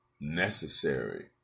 necessary